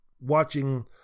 watching